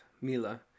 Mila